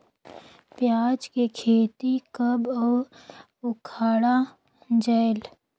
पियाज के खेती कब अउ उखाड़ा जायेल?